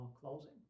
closing